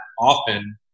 often